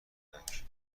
کودک